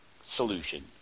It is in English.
solution